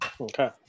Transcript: Okay